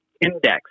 Index